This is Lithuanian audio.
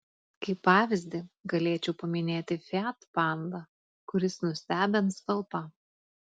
kaip pavyzdį galėčiau paminėti fiat panda kuris nustebins talpa